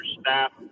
staff